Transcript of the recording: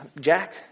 Jack